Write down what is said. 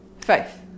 faith